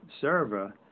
server